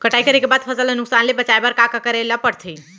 कटाई करे के बाद फसल ल नुकसान ले बचाये बर का का करे ल पड़थे?